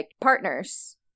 partners